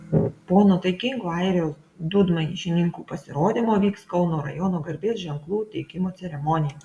po nuotaikingo airijos dūdmaišininkų pasirodymo vyks kauno rajono garbės ženklų teikimo ceremonija